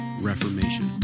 reformation